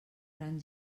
gran